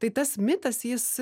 tai tas mitas jis